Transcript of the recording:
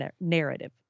narrative